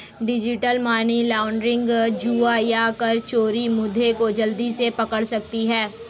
digital money laundering, जुआ या कर चोरी मुद्दे को जल्दी से पकड़ सकती है